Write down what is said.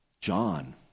John